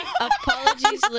Apologies